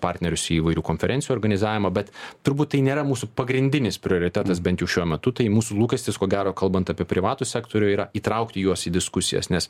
partnerius į įvairių konferencijų organizavimą bet turbūt tai nėra mūsų pagrindinis prioritetas bent jau šiuo metu tai mūsų lūkestis ko gero kalbant apie privatų sektorių yra įtraukti juos į diskusijas nes